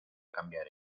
cambiar